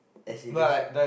as in that's